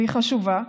והיא חשובה,